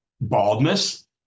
baldness